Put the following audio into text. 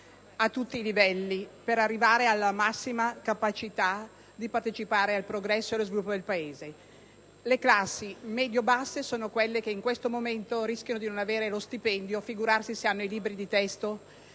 a tutti i livelli, per arrivare alla massima capacità di partecipare al progresso ed allo sviluppo del Paese. Le classi medio-basse sono quelle che in questo momento rischiano di non avere lo stipendio; figurarsi se hanno i libri di testo!